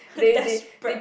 desperate